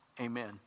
Amen